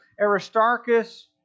Aristarchus